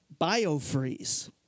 biofreeze